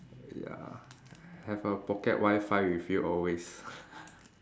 ya have a pocket wi-fi with you always